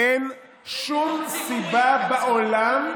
למזונות, אין שום סיבה בעולם,